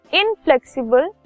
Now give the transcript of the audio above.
inflexible